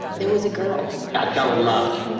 there was a girl i fell in love.